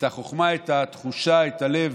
את החוכמה, את התחושה, את הלב,